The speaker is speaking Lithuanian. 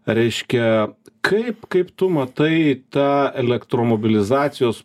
reiškia kaip kaip tu matai tą elektromobilizacijos